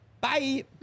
bye